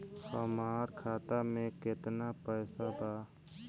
हमार खाता में केतना पैसा बा?